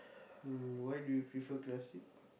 mm why do you prefer classic